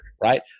right